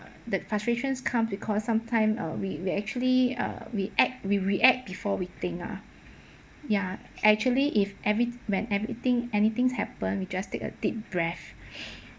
the frustrations come because sometime uh we we actually uh we act we react before we think ah ya actually if every when everything anything happen we just take a deep breath